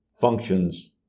functions